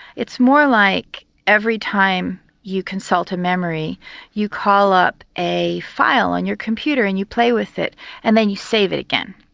it's more like every time you consult a memory you call up a file on your computer and you play with it and then you save it again.